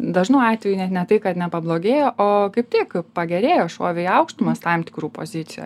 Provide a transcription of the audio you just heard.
dažnu atveju net ne tai kad nepablogėjo o kaip tik pagerėjo šovė į aukštumas tam tikrų pozicijų